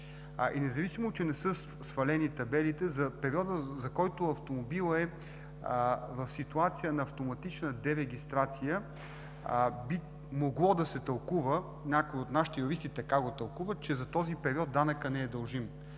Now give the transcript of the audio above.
Независимо че не са свалени табелите за периода, в който автомобилът е в ситуация на автоматична дерегистрация, би могло да се тълкува, някои от нашите юристи така го тълкуват, че за този период данъкът не е дължим.